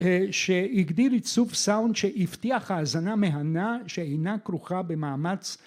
שהגדיר עיצוב סאונד שהבטיח האזנה מהנה שאינה כרוכה במאמץ